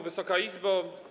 Wysoka Izbo!